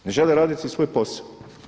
Ne žele raditi svoj posao.